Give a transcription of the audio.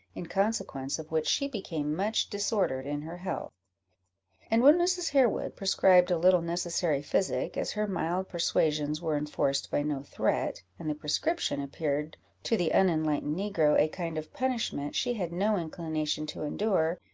in consequence of which she became much disordered in her health and when mrs. harewood prescribed a little necessary physic, as her mild persuasions were enforced by no threat, and the prescription appeared to the unenlightened negro a kind of punishment she had no inclination to endure,